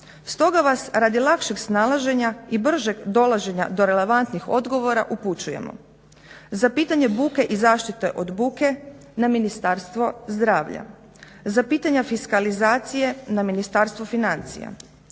Stoga vas radi lakšeg snalaženja i bržeg dolaženja do relevantnih odgovora upućujemo za pitanje buke i zaštite od buke na Ministarstvo zdravlja, za pitanje fiskalizacije na Ministarstvo financija,